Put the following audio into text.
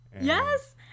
Yes